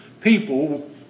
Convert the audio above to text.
people